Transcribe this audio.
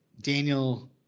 Daniel